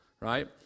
right